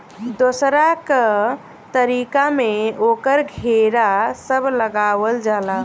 दोसरका तरीका में ओकर घेरा सब लगावल जाला